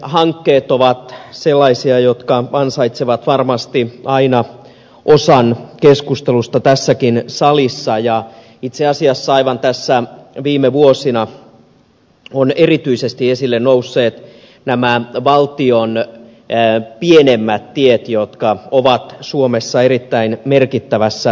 liikennehankkeet ovat sellaisia jotka ansaitsevat varmasti aina osan keskustelusta tässäkin salissa ja itse asiassa aivan tässä viime vuosina ovat erityisesti esille nousseet nämä valtion pienemmät tiet jotka ovat suomessa erittäin merkittävässä asemassa